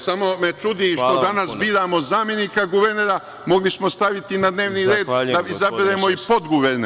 Samo me čudi što danas biramo zamenika guvernera, mogli smo staviti na dnevni red da izaberemo i podguvernera.